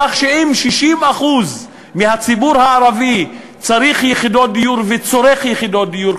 כך שאם 60% מהציבור הערבי צריכים יחידות דיור וצורכים יחידות דיור,